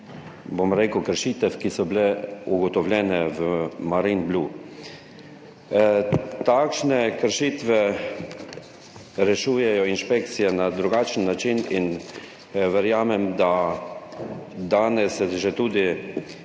ekstremnih kršitev, ki so bile ugotovljene v Marinblu. Takšne kršitve rešujejo inšpekcije na drugačen način in verjamem, da so danes že tudi